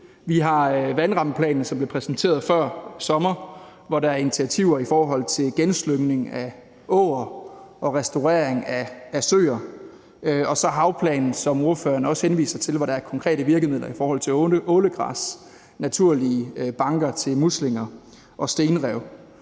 Vi har vandrammeplanen, som blev præsenteret før sommer, hvor der er initiativer i forhold til genslyngning af åer og restaurering af søer, og så har vi havplanen, som ordføreren også henviser til, hvor der er konkrete virkemidler i forhold til ålegræs, naturlige banker til muslinger og stenrev.